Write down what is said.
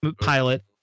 pilot